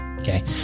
Okay